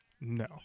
No